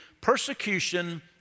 persecution